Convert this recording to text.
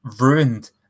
ruined